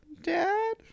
dad